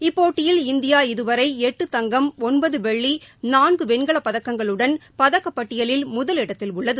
இப்போட்டியில் இந்தியா இதுவரை எட்டு தங்கம் ஒன்பது வெள்ளி நான்கு வெண்கலப் பதக்கங்களுடன் பதக்கப்பட்டியிலில் முதலிடத்தில் உள்ளது